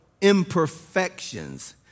imperfections